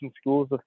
schools